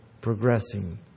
progressing